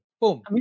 boom